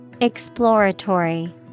Exploratory